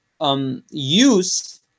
Use